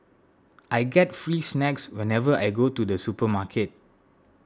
I get free snacks whenever I go to the supermarket